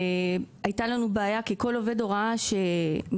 הייתה לנו בעיה כי כל עובד הוראה שמתקבל